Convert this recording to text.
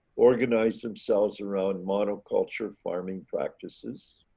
organized themselves around monoculture farming practices.